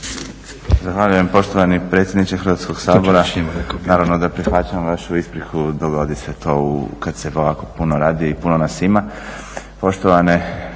Zahvaljujem poštovani predsjedniče Hrvatskog sabora. Naravno da prihvaćam vašu ispriku, dogodi se to kad se ovako puno radi i puno nas ima.